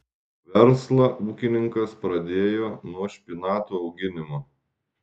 verslą ūkininkas pradėjo nuo špinatų auginimo